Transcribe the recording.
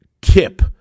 kip